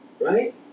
Right